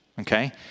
Okay